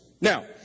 Now